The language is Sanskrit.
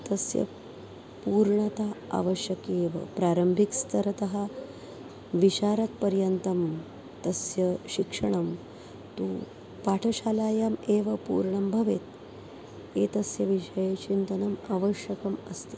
तस्य पूर्णता आवश्यकी एव प्रारम्भिके स्तरतः विषारदपर्यन्तं तस्य शिक्षणं तु पाठशालायाम् एव पूर्णं भवेत् एतस्य विषये चिन्तनम् आवश्यकम् अस्ति